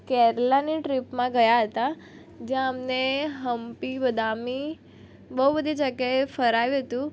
કેરલાની ટ્રીપમાં ગયાં હતાં જયાં અમને હંપી બદામી બહુ બધી જગ્યાએ ફેરવ્યું હતું